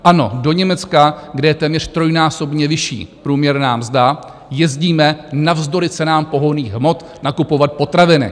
Ano, do Německa, kde je téměř trojnásobně vyšší průměrná mzda, jezdíme navzdory cenám pohonných hmot nakupovat potraviny.